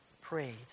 prayed